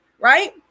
right